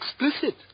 explicit